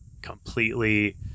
completely